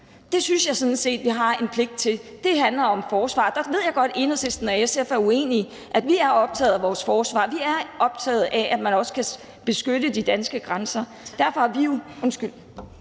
Det synes jeg sådan set vi har en pligt til. Det handler om forsvar, og der ved jeg godt, at Enhedslisten og SF er uenige, for vi er optaget af vores forsvar; vi er optaget af, at man også kan beskytte de danske grænser. Kl. 11:57 Første